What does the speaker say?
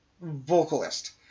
vocalist